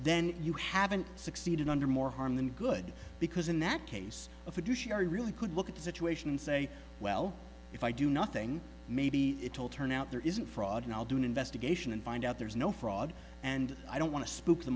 then you haven't succeeded under more harm than good because in that case of a do share you really could look at the situation and say well if i do nothing maybe it will turn out there isn't fraud and i'll do an investigation and find out there's no fraud and i don't want to spook the